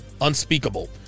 unspeakable